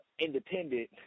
independent